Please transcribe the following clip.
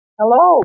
hello